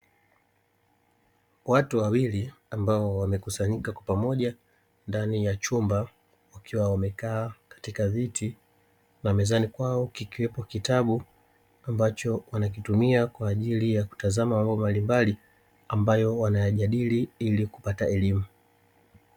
Watu wawili, ambao wamekusanyika kwa pamoja ndani ya chumba, wakiwa wamekaa katika viti na mezani kwao kikiwepo kitabu ambacho wanakitumia kwa ajili ya kutazama mambo mbalimbali, ambayo wanayajadili ili kupata elimu.